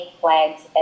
flags